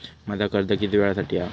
माझा कर्ज किती वेळासाठी हा?